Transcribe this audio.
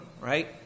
right